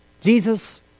Jesus